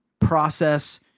process